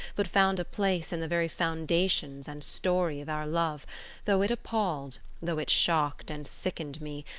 but found a place in the very foundations and story of our love though it appalled, though it shocked and sickened me,